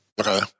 Okay